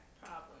Problem